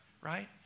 right